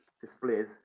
displays